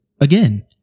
again